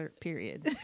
period